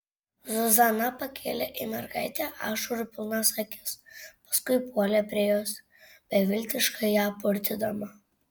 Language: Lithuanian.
zuzana pakėlė į mergaitę ašarų pilnas akis paskui puolė prie jos beviltiškai ją purtydama